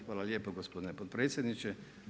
Hvala lijepo gospodine potpredsjedniče.